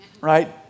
right